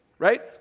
Right